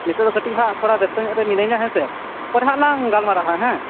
ᱱᱤᱛᱚᱜ ᱫᱚ ᱠᱟ ᱴᱤᱡ ᱦᱟᱸᱜ ᱛᱷᱚᱲᱟ ᱵᱮᱥᱛᱚ ᱧᱚᱜ ᱨᱮ ᱢᱤᱱᱟ ᱧᱟ ᱦᱮᱸᱥᱮ ᱯᱚᱨᱮ ᱦᱟᱸᱜ ᱞᱟᱝ ᱜᱟᱞᱢᱟᱨᱟᱦᱟ ᱦᱮᱸ